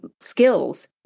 skills